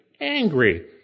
angry